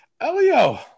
elio